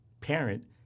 parent